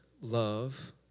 love